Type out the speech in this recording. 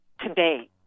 today